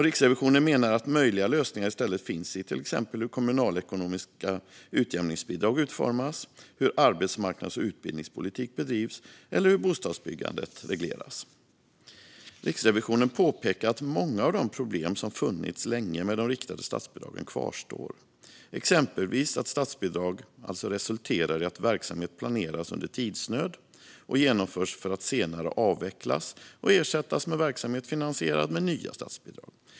Riksrevisionen menar att möjliga lösningar i stället finns i till exempel hur kommunalekonomiska utjämningsbidrag utformas, hur arbetsmarknads och utbildningspolitik bedrivs eller hur bostadsbyggandet regleras. Riksrevisionens rapport om riktade statsbidrag för socioekonomiskt utsatta områden Riksrevisionen påpekar att många av de problem som länge har funnits med de riktade statsbidragen kvarstår, exempelvis att statsbidrag resulterar i att verksamhet planeras under tidsnöd och genomförs, för att senare avvecklas och ersättas med verksamhet finansierad med nya statsbidrag.